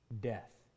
death